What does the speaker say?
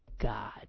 God